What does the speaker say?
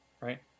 right